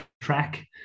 track